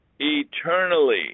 eternally